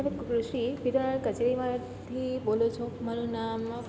તમે કૃષિ વિતરણ કચેરીમાંથી બોલો છો મારું નામ